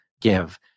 give